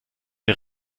der